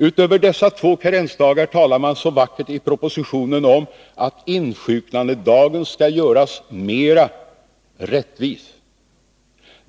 Utöver dessa två karensdagar talar man så vackert i propositionen om att insjuknandedagen skall göras mer ”rättvis”.